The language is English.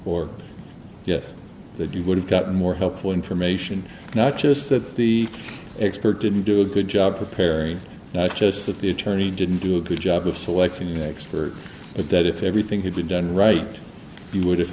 or that you would have got more helpful information not just that the expert didn't do a good job preparing just that the attorney didn't do a good job of selecting an expert but that if everything had been done right you would have